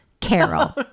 Carol